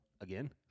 Again